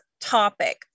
topic